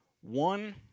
One